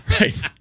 Right